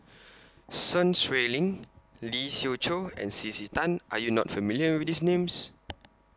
Sun Xueling Lee Siew Choh and C C Tan Are YOU not familiar with These Names